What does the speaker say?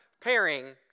pairing